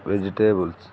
vegetables